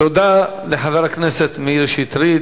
תודה לחבר הכנסת מאיר שטרית.